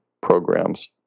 programs